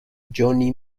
johnny